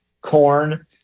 corn